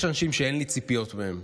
יש אנשים שאין לי ציפיות מהם.